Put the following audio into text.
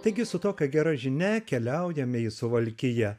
taigi su tokia gera žinia keliaujame į suvalkiją